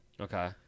Okay